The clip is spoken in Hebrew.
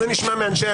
זה נשמע מאנשי